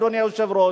אדוני היושב-ראש,